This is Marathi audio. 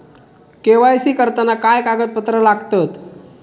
के.वाय.सी करताना काय कागदपत्रा लागतत?